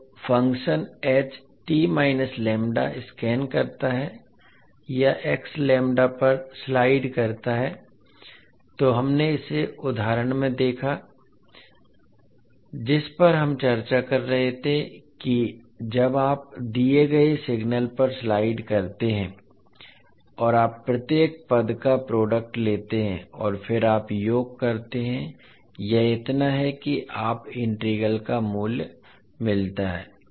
अब functions scan करता है या पर स्लाइड करता है तो हमने इसे उदाहरण में देखा जिस पर हम चर्चा कर रहे थे कि जब आप दिए गए सिग्नल पर स्लाइड करते हैं और आप प्रत्येक पद का प्रोडक्ट लेते हैं और फिर आप योग करते हैं यह इतना है कि आप इंटीग्रल का मूल्य मिलता है